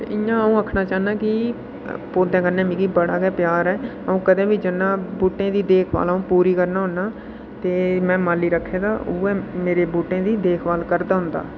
ते इ'यां अ'ऊं आखना चाह्न्नांं कि पैधें कन्नै मिगी बड़ा प्यार ऐ अ'ऊं कदें बी जन्नां बूह्टें दी देख भाल अ'ऊं पूरी करना होना ते में माली रक्खे दा उ'यै मेरे बूह्टें दी देख भाल करदा होंदा